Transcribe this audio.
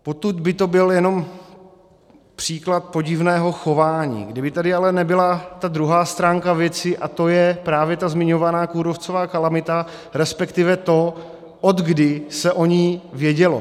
Potud by to byl jenom příklad podivného chování, kdyby tady ale nebyla ta druhá stránka věci, a to je právě ta zmiňovaná kůrovcová kalamita, respektive to, odkdy se o ní vědělo.